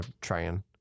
trying